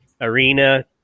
arena